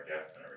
guests